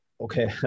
Okay